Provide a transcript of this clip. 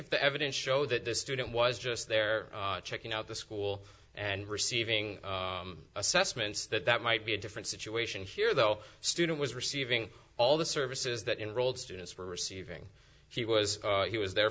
if the evidence show that this student was just there checking out the school and receiving assessments that that might be a different situation here though student was receiving all the services that enrolled students were receiving he was he was there